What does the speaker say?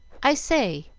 i say,